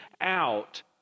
out